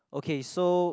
okay so